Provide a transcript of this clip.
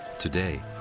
today,